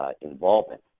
involvement